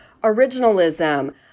originalism